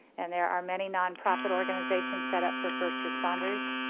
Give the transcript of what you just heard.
and there are many non-profit organizations set-up for first responders.